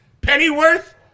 Pennyworth